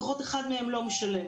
לפחות אחד מהם לא משלם.